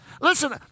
Listen